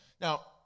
Now